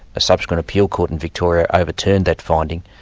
a subsequent appeal court in victoria overturned that finding,